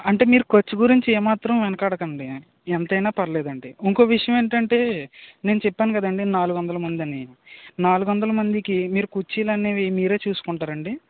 అంటే మీరు ఖర్చు గురించి ఏమాత్రం వెనకాడకండి ఎంతైనా పర్వాలేదు అండి ఇంకొక విషయం ఏంటంటే నేను చెప్పాను కదా అండి నాలుగు వందల మంది అని నాలుగు వందల మందికి మీరు కుర్చీలు అనేవి మీరే చూసుకుంటారా అండి